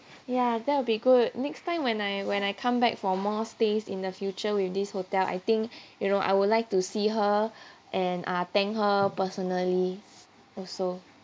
ya that will be good next time when I when I come back for more stays in the future with this hotel I think you know I would like to see her and uh thank her personally also